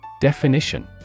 Definition